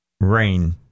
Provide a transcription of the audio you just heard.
rain